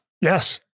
yes